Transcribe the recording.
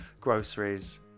groceries